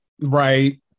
Right